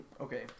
Okay